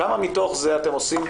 כמה מתוך זה אתם עושים?